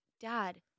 dad